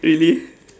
really